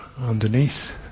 underneath